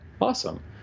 awesome